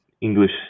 English